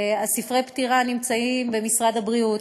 וספרי הפטירה נמצאים במשרד הבריאות.